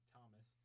Thomas